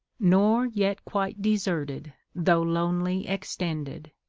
nor yet quite deserted, though lonely extended,